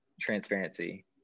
transparency